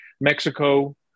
Mexico